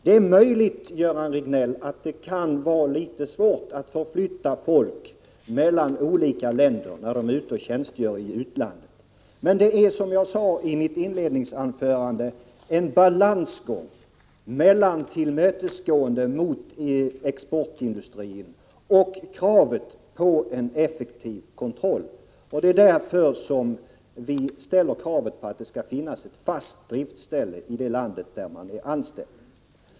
Det är möjligt, Göran Riegnell, att det kan vara litet svårt att förflytta folk mellan olika länder när de tjänstgör i utlandet, men det handlar, som jag sade i mitt inledningsanförande, om en balansgång mellan att tillmötesgå exportindustrin och tillgodose kravet på en effektiv kontroll. Det är därför som vi ställt kravet att det skall finnas ett fast driftsställe i det land där vederbörande är anställd.